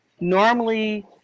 normally